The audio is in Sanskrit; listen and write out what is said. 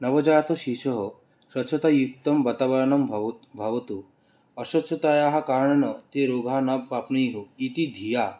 नवजातशिशोः स्वच्छतायुक्तं वातावरणं भव् भवतु अस्वच्छातायाः कारणेन ते रोगाः न प्राप्नुयुः इति धिया